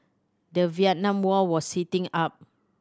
the Vietnam War was heating up